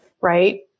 right